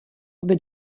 aby